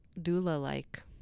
doula-like